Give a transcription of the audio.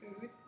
food